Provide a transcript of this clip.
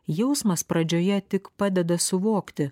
jausmas pradžioje tik padeda suvokti